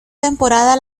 temporada